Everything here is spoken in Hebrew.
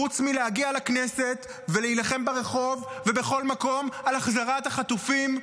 חוץ מלהגיע לכנסת ולהילחם ברחוב ובכל מקום על החזרת החטופים,